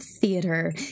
theater